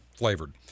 flavored